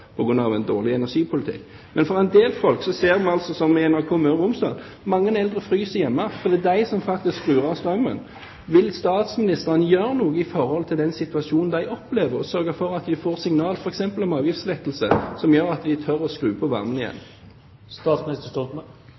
en dårlig energipolitikk, men vi vil se, som vi så på NRK Møre og Romsdal, at mange eldre fryser hjemme, for det er de som skrur av strømmen. Vil statsministeren gjøre noe med situasjonen de opplever og sørge for at de får signaler f.eks. om avgiftslettelse, som gjør at de tør å skru på varmen igjen?